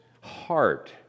heart